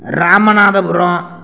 Ramanathapuram